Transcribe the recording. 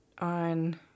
on